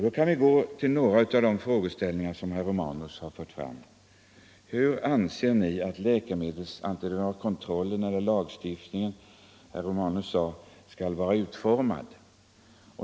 Vi kan då gå till några av de frågor som herr Romanus har ställt. Han frågade, hur läkemedelskontrollen och läkemedelslagstiftningen skall vara utformade.